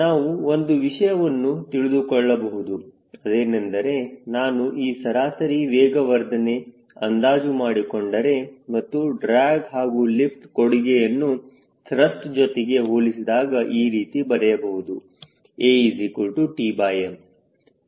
ನಾವು ಒಂದು ವಿಷಯವನ್ನು ತಿಳಿದುಕೊಳ್ಳಬಹುದು ಅದೇನೆಂದರೆ ನಾನು ಈ ಸರಾಸರಿ ವೇಗವರ್ಧನೆ ಅಂದಾಜು ಮಾಡಿಕೊಂಡರೆ ಮತ್ತು ಡ್ರ್ಯಾಗ್ ಹಾಗೂ ಲಿಫ್ಟ್ ಕೊಡುಗೆಯನ್ನು ತ್ರಸ್ಟ್ ಜೊತೆಗೆ ಹೋಲಿಸಿದಾಗ ಈ ರೀತಿಯಲ್ಲಿ ಬರೆಯಬಹುದು